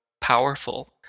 powerful